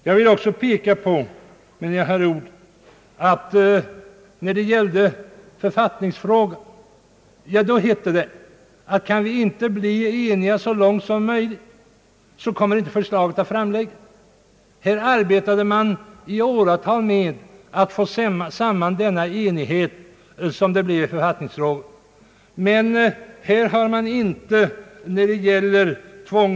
Jag vill också framhålla att när det gällde författningsfrågan så hette det att om vi inte kunde bli i stort sett eniga skulle inte något förslag framläggas. Här arbetade man i åratal med att få till stånd enighet i författningsfrågan, men när det gäller en tvångslagstiftning för kom Ang.